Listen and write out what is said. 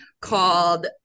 called